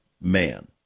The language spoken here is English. man